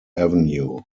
avenue